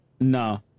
No